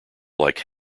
like